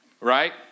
Right